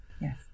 Yes